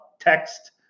text